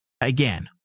Again